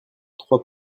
trois